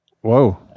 Whoa